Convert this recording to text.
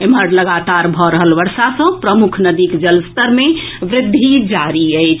एम्हर लगातार भऽ रहल वर्षा सँ प्रमुख नदीक जलस्तर मे वृद्धि जारी अछि